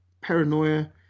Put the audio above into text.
paranoia